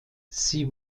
sie